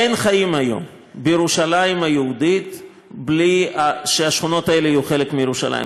אין חיים היום בירושלים היהודית בלי שהשכונות האלה יהיו חלק מירושלים.